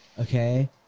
okay